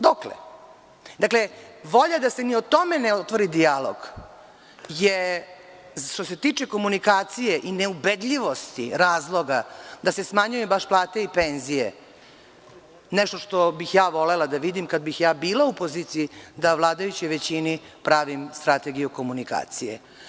Dakle, volja da se ni o tome ne otvori dijalog je, što se tiče komunikacije i neubedljivosti razloga da se smanjuju baš plate i penzije, nešto što bih ja volela da vidim kad bih bila u poziciji, da vladajućoj većini pravim strategiju komunikacije.